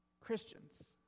Christians